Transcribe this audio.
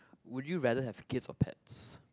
would you rather have kids or pets